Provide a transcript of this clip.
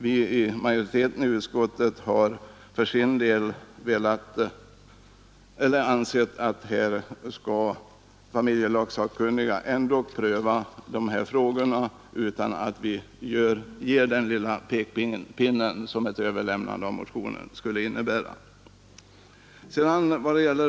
Vi i utskottsmajoriteten har för vår del ansett att familjelags sakkunniga skall pröva dessa frågor utan att vi ger den lilla pekpinne som ett överlämnande av motionen skulle innebära.